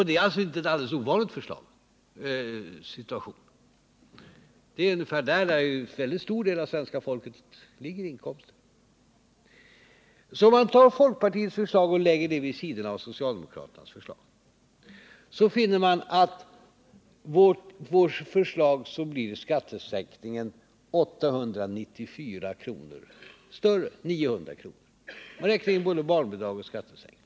Det är alltså inte en alldeles ovanlig situation, utan det är ungefär i det inkomstläget som en väldigt stor del av svenska folket ligger. Om man lägger folkpartiets förslag vid sidan om socialdemokraternas, finner man att skattesänkningen enligt vårt förslag blir 894 kr. alltså ungefär 900 kr. större. Jag har då räknat in båda barnbidrag och skattesänkning.